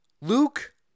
Luke